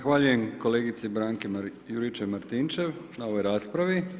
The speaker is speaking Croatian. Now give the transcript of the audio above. Zahvaljujem kolegici Branki Juričev-Martinčev na ovoj raspravi.